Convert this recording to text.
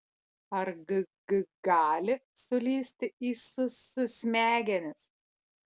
ar g g gali sulįsti į s s smegenis